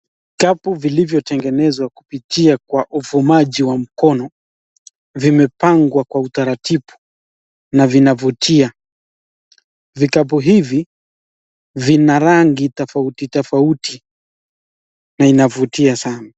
Vikapu vilivyotegenezwa kupitia kwa ufumaji wa mkono vimepangwa kwa utaratibu na vinavutia. Vikapu hivi vina rangi tofauti tofauti na inavutia sana.